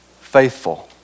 faithful